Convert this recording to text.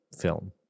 film